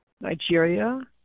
Nigeria